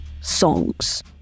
songs